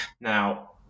Now